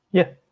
yeah.